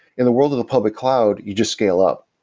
in the world of the public cloud, you just scale up,